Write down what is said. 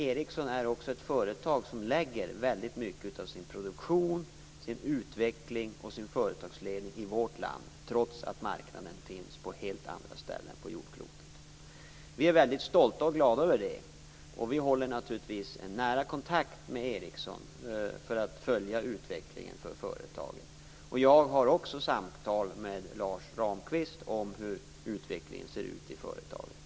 Ericsson är också ett företag som lägger väldigt mycket av sin produktion, sin utveckling och sin företagsledning i vårt land trots att marknaden finns på helt andra ställen på jordklotet. Vi är väldigt stolta och glada över det. Vi håller naturligtvis en nära kontakt med Ericsson för att följa utvecklingen för företaget. Jag har också samtal med Lars Ramqvist om hur utvecklingen ser ut i företaget.